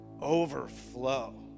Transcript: overflow